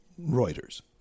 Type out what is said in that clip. Reuters